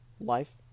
life